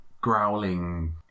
growling